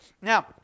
Now